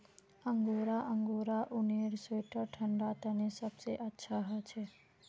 angora angora ऊनेर sweater ठंडा तने सबसे अच्छा हछे